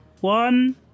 one